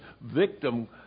victim